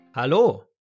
Hallo